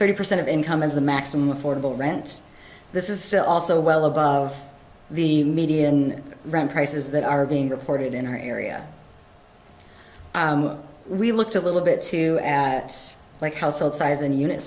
thirty percent of income is the maximum affordable rent this is also well above the median rent prices that are being reported in our area we looked a little bit too it's like household size and unit